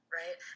right